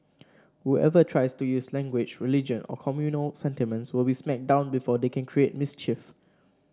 whoever tries to use language religion or communal sentiments will be smacked down before they can create mischief